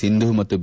ಸಿಂಧು ಮತ್ತು ಬಿ